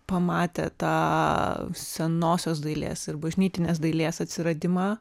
pamatė tą senosios dailės ir bažnytinės dailės atsiradimą